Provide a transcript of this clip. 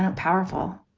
um powerful